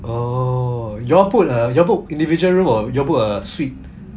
oh you all put uh you all book individual room or you all book a suite